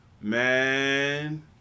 Man